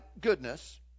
goodness